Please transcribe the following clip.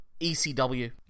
ECW